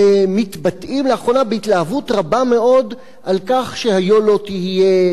מתבטאים לאחרונה בהתלהבות רבה מאוד על כך שהיה לא תהיה,